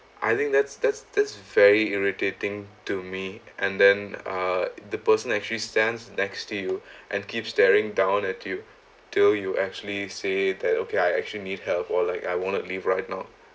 I think that's that's that's very irritating to me and then uh the person actually stands next to you and keep staring down at you till you actually say that okay I actually need help or like I want to leave right now